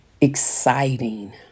exciting